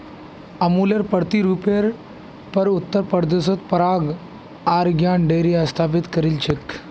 अमुलेर प्रतिरुपेर पर उत्तर प्रदेशत पराग आर ज्ञान डेरी स्थापित करील छेक